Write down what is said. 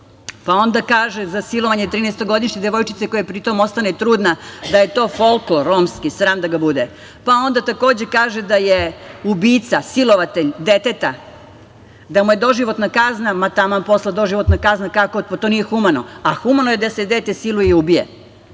Onda kaže za silovanje trinaestogodišnje devojčice koja pritom ostane trudna, da je to folklor romski. Sram da ga bude. Onda takođe kaže da je ubica, silovatelj deteta, da mu je doživotna kazna, taman posla doživotna kazna, kako, pa to nije humano, a humano je da se dete siluje i ubije.